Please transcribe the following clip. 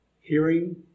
hearing